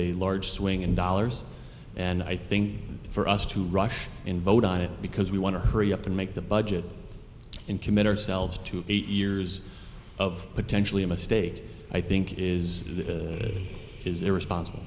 a large swing in dollars and i think for us to rush and vote on it because we want to hurry up and make the budget and commit ourselves to eight years of potentially a mistake i think is that is irresponsible